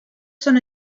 son